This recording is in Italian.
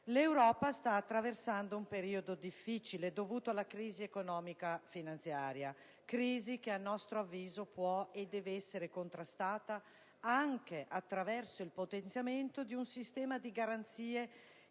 L'Europa sta infatti attraversando un periodo difficile dovuto alla crisi economica e finanziaria. Tale crisi, a nostro avviso, può e deve essere contrastata anche attraverso il potenziamento di un sistema di garanzie